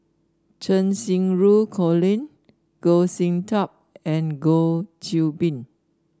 Cheng Xinru Colin Goh Sin Tub and Goh Qiu Bin